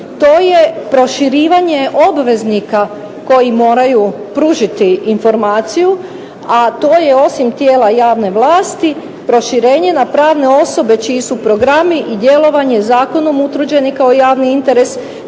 to je proširivanje obveznika koji moraju pružiti informaciju, a to je osim tijela javne vlasti proširenje na pravne osobe čiji su programi i djelovanje zakonom utvrđeni kao javni interes,